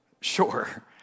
Sure